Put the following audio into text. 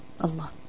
Allah